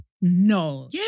No